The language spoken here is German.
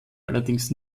allerdings